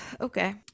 Okay